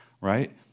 right